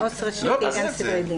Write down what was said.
אני עו"ס ראשית לעניין סדרי דין.